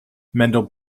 mendel